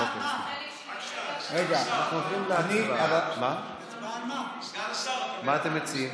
מה אתם מציעים?